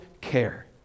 care